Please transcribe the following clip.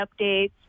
updates